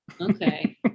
okay